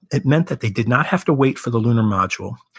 it meant that they did not have to wait for the lunar module.